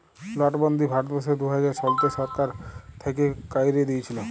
লটবল্দি ভারতবর্ষে দু হাজার শলতে সরকার থ্যাইকে ক্যাইরে দিঁইয়েছিল